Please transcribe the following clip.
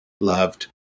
loved